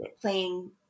playing